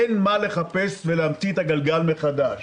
אין מה לחפש ולהמציא את הגלגל מחדש.